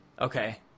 Okay